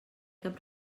cap